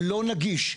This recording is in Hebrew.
לא נגיש.